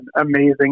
amazing